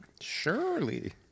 Surely